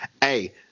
hey